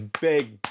big